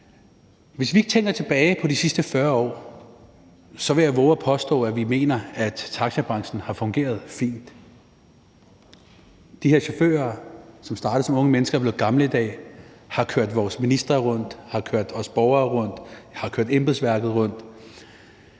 Hvis vi tænker tilbage på de sidste 40 år, vil jeg vove at påstå, at vi mener, at taxabranchen har fungeret fint. De her chauffører, som startede som unge mennesker og er blevet gamle i dag, har kørt vores ministre rundt, har kørt os borgere rundt, har kørt embedsværket rundt.